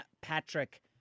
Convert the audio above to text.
Patrick